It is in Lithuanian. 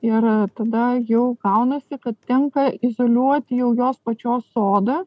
ir tada jau kaunasi kad tenka izoliuoti jau jos pačios odą